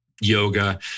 yoga